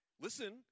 Listen